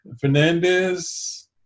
Fernandez